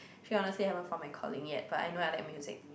actually honestly I haven't found my calling yet but I know I like music